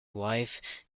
wife